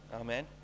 Amen